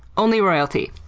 only royalty!